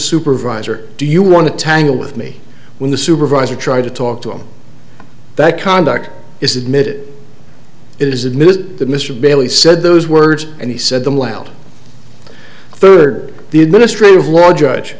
supervisor do you want to tangle with me when the supervisor tried to talk to him that conduct is admitted it is admitted that mr bailey said those words and he said them loud third the administrative law judge